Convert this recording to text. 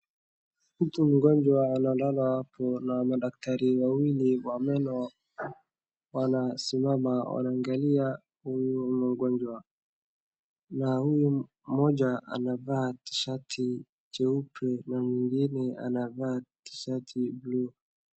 Mtu mgonjwa analala hapo na madaktari wawili wa meno wanasimama hapo wanamuangalia huyu mgonjwa .Na huyu mmoja anavaa shati cheupe na mwingine anavaa tishati ya [csblue .